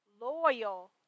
loyal